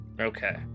okay